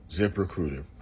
ZipRecruiter